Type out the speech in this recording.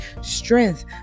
strength